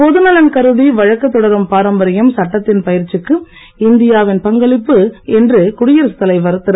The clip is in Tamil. பொதுநலன் கருதி வழக்கு தொடரும் பாராம்பரியம் சட்டத்தின் பயிற்சிக்கு இந்தியாவின் பங்களிப்பு என்று குடியரசுத் தலைவர் திரு